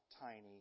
tiny